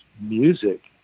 music